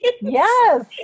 Yes